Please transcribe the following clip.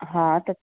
हा त